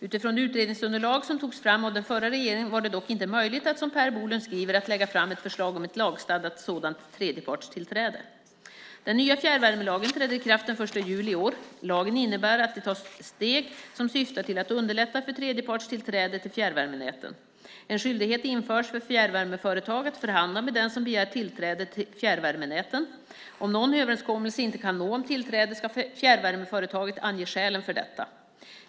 Utifrån det utredningsunderlag som togs fram av den förra regeringen var det dock inte möjligt att som Per Bolund skriver lägga fram förslag om ett lagstadgat sådant tredjepartstillträde. Den nya fjärrvärmelagen träder i kraft den 1 juli i år. Lagen innebär att det tas steg som syftar till att underlätta för tredjepartstillträde till fjärrvärmenäten. En skyldighet införs för fjärrvärmeföretag att förhandla med den som begär tillträde till fjärrvärmenäten. Om någon överenskommelse inte kan nås om tillträde ska fjärrvärmeföretaget ange skälen för detta.